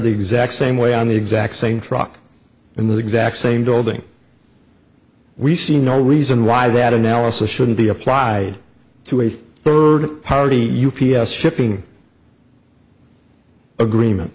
the exact same way on the exact same truck in the exact same building we see no reason why that analysis shouldn't be applied to a third party u p s shipping agreement